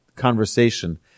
conversation